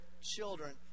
children